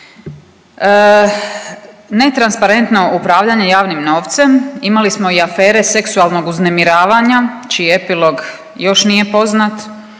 Netransparentno upravljanje javnim novcem, imali smo i afere seksualnog uznemiravanja čiji epilog još nije poznat,